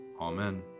Amen